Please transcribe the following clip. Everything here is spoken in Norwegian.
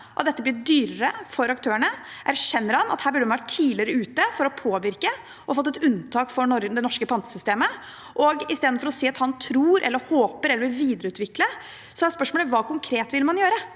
at dette blir dyrere for aktørene? Erkjenner han at her burde man ha vært tidligere ute for å påvirke og få et unntak for det norske pantesystemet? Og i stedet for å si at han tror eller håper eller vil videreutvikle, er spørsmålet: Hva konkret vil man gjøre?